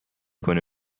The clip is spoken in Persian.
کنه